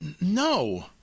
No